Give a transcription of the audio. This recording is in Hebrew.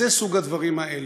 זה סוג הדברים האלה.